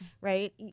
right